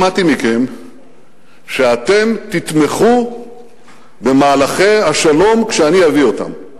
שמעתי מכם שאתם תתמכו במהלכי השלום כשאני אביא אותם,